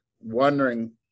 wondering